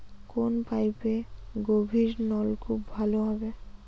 কোন পাইপে গভিরনলকুপ ভালো হবে?